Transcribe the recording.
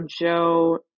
Joe